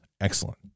Excellent